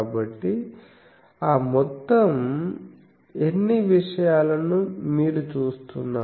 కాబట్టి ఆ మొత్తం ఎన్ని విషయాలను మీరు చూస్తున్నారు